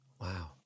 Wow